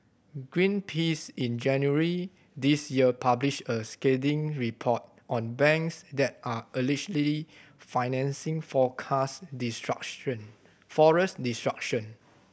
greenpeace in January this year published a scathing report on banks that are allegedly financing forecast destruction forest destruction